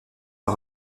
par